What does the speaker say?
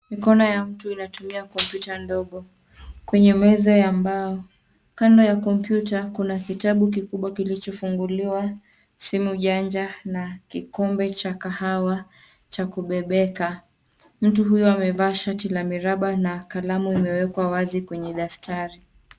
Mikono ya mtu inatumia kompyuta ndogo kwenye meza ya mbao. Kando ya kompyuta kuna kitabu kikubwa kilichofunguliwa simu ,[c.s] charger na kikombe cha kahawa cha kubebeka. Mtu huyo amevaa shoti la miraba na kalamu limewekwa wazi kwenye daftari.